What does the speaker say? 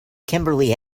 kimberly